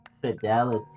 Fidelity